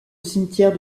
cimetière